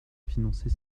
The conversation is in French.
financer